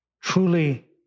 truly